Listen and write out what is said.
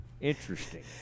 Interesting